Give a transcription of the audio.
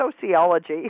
sociology